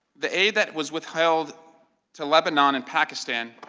the aide that was withheld to lebanon and pakistan,